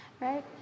right